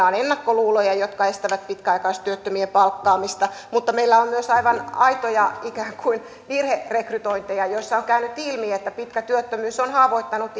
on ennakkoluuloja jotka estävät pitkäaikaistyöttömien palkkaamista mutta meillä on myös aivan aitoja ikään kuin virherekrytointeja joissa on käynyt ilmi että pitkä työttömyys on haavoittanut